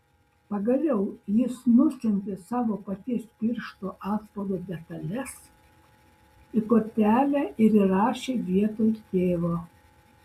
pagaliau jis nusiuntė savo paties piršto atspaudo detales į kortelę ir įrašė vietoj tėvo